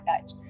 touch